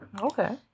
Okay